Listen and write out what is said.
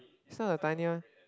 is not the tiny one